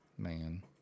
Man